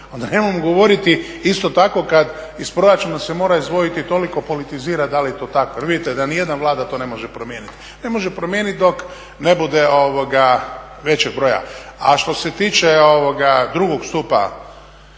onda nemojmo govoriti isto tako kada iz proračuna se mora izdvojiti toliko … da li je to tako jer vidite da ni jedna Vlada to ne može promijeniti. Ne može promijeniti dok ne bude većeg broja. A što se tiče drugog stupa